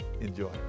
Enjoy